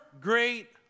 great